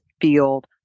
field